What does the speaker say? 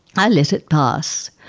i let it pass.